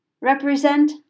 represent